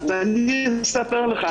אני אספר לך.